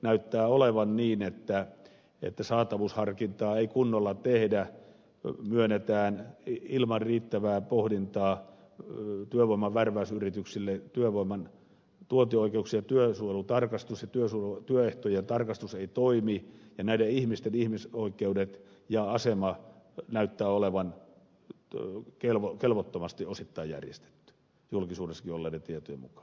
näyttää olevan niin että saatavuusharkintaa ei kunnolla tehdä myönnetään ilman riittävää pohdintaa työvoimanvärväysyrityksille työvoiman tuontioikeuksia työsuojelutarkastus ja työehtojen tarkastus eivät toimi ja näiden ihmisten ihmisoikeudet ja asema näyttävät olevan osittain kelvottomasti järjestettyjä julkisuudessakin olleiden tietojen mukaan